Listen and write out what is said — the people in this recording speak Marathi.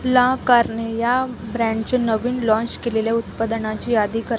ला कार्ने या ब्रँडचे नवीन लाँच केलेल्या उत्पादनाची यादी करा